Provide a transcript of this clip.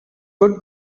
would